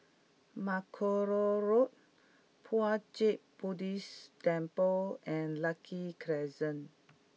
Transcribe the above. Mackerrow Road Puat Jit Buddhist Temple and Lucky Crescent